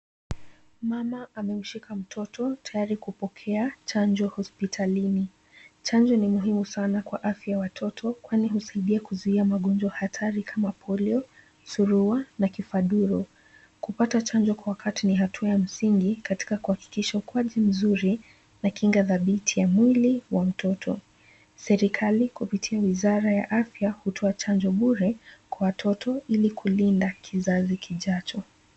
Mama, amemshika mtoto, tayari kupokea chanjo hospitalini. Chanjo ni muhimu sana kwa afya ya watoto, kwani husaidia kuzuia magonjwa hatari kama polio, surua, na kifaduro. Kupata chanjo kwa wakati ni hatua ya msingi katika kuhakikisha ukuaji mzuri na kinga dhabiti ya mwili wa mtoto. Serikali kupitia wizara ya afya hutoa chanjo bure kwa watoto ili kulinda kizazi kijacho.